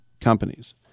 companies